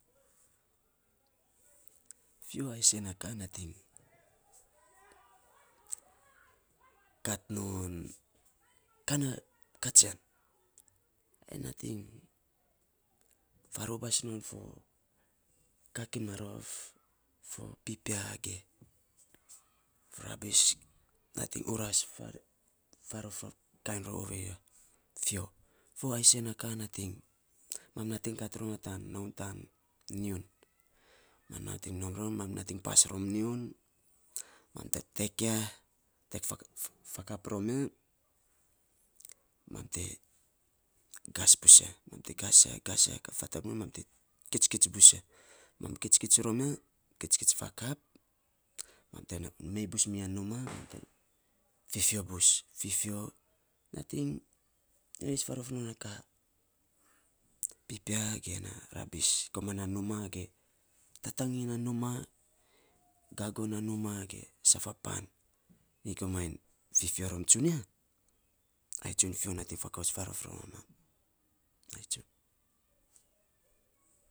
Fio a isen na ka nating kat non ka na katsian. Ai nating farubas non foka gima rof, fo pipia ge rabis nating uras fio a isen na ka nating, mam nating kat rom ya tan noun tan nyiun. Mam nating nom rom mam nating pas rom nyiun, ma te tek ya, tek fakap rom ya, mam te kas bus ya, kas ya kas ya. mam te kit kits ya. Kitskits fakap mam te mei bus miya numaa mam te fifo bus, fifo nating pipia ge na rabis koman na numaa ge tatagin na numaa gagon na numaa ge saf a pan nyi komainy fifo rom tsunia ai tsun fio nating fakouts faarot non mamam.